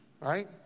right